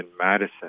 Madison